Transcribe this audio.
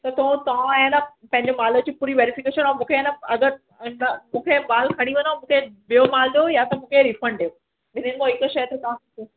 त पो तव्हां ए न पैंजे माल जी पूरी वेरीफिकेशन अउं अगरि मुखे माल खणी वञो मुंखे ॿियो माल ॾियो या त मुखे रीफंड ॾियो ॿिन्हिनि मों हिक शइ तां ॾियो